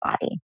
body